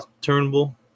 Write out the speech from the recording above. Turnbull